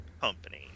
company